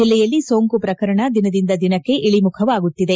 ಜಲ್ಲೆಯಲ್ಲಿ ಸೋಂಕು ಪ್ರಕರಣ ದಿನದಿಂದ ದಿನಕ್ಕೆ ಇಳಿಮುಖವಾಗುತ್ತಿದೆ